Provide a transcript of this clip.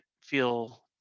feel